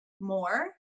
more